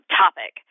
topic